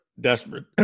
Desperate